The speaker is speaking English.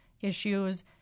issues